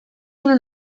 una